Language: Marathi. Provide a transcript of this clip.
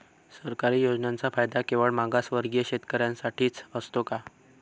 सरकारी योजनांचा फायदा केवळ मागासवर्गीय शेतकऱ्यांसाठीच असतो का?